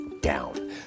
down